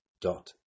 Dot